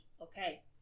Okay